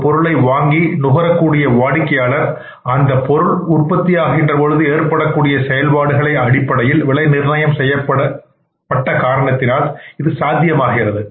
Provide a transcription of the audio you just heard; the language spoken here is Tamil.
ஒரு பொருளை வாங்கி நுகரக்கூடிய வாடிக்கையாளர் அந்தப் பொருள் உற்பத்தி ஆகின்ற போது ஏற்படக்கூடிய செயல்பாடுகளை அடிப்படையில் விலை நிர்ணயம் செய்யப்பட்ட காரணத்தினால் இது சாத்தியமாகிறது